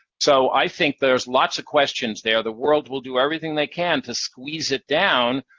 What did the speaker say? so i think there's lot of questions there. the world will do everything they can to squeeze it down,